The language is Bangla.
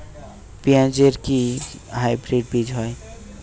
পেঁয়াজ এর কি হাইব্রিড বীজ হয়?